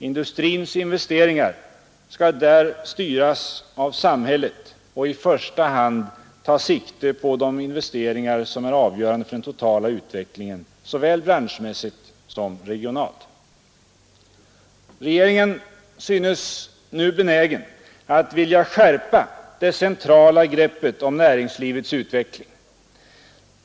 Industrins investeringar skall där styras av samhället och i första hand ta sikte på de investeringar som är avgörande för den totala utvecklingen såväl branschmässigt som regionalt. Regeringen synes nu benägen att skärpa det centrala greppet om näringslivets utveckling.